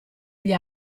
gli